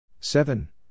seven